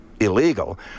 illegal